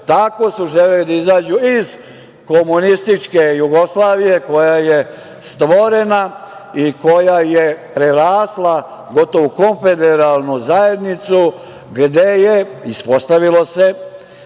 Tako su želeli da izađu iz komunističke Jugoslavije, koja je stvorena i koja je prerasla gotovo u konfederalnu zajednicu gde je, ispostavilo se,